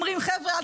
ואומרים: חבר'ה,